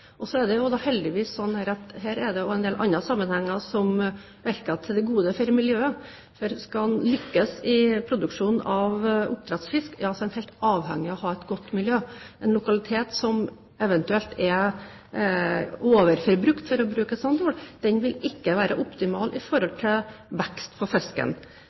Det er heldigvis slik at her er det også en del andre sammenhenger som virker til beste for miljøet. Skal en lykkes i produksjon av oppdrettsfisk, er en helt avhengig av å ha et godt miljø. En lokalitet som eventuelt er overforbrukt – for å bruke et slikt ord – vil ikke være optimal i forhold til vekst for fisken.